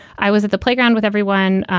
i was at the playground with everyone,